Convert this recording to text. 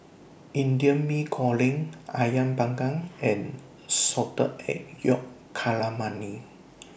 Indian Mee Goreng Ayam Panggang and Salted Egg Yolk Calamari